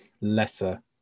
lesser